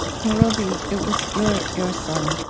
so robi, it was your your son,